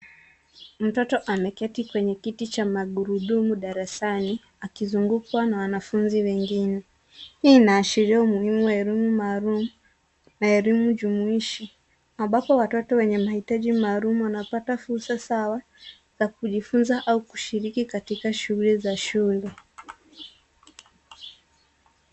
Mtoto ameketi kwenye kiti cha magurudumu darasani akizungukwa na wanafunzi wengine. Hii inaashiria umuhimu wa elimu maalum na elimu jumuishi, ambapo watoto wenye mahitaji maalum wanapata fursa sawa ya kujifunza au kushiriki katika shughuli za shule.